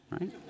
right